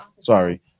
Sorry